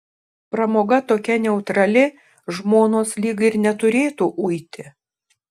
pramoga tokia neutrali žmonos lyg ir neturėtų uiti